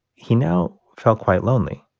he now felt quite lonely.